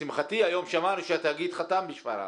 לשמחתי היום שמענו שהתאגיד חתם בשפרעם.